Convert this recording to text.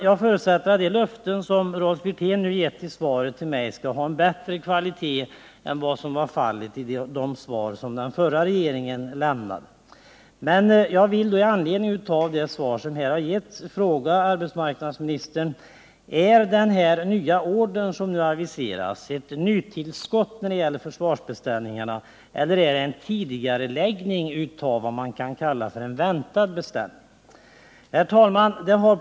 Jag förutsätter att de löften som Rolf Wirtén gett i svaret till mig skall vara av bättre kvalitet än dem som den förra regeringen lämnade. Med anledning av det svar som nu getts vill jag emellertid fråga arbetsmarknadsministern: Är den nya order som aviserats ett nytillskott när det gäller försvarsbeställningarna eller är det fråga om en tidigareläggning av vad man kan kalla en väntad beställning? Herr talman!